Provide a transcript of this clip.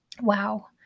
Wow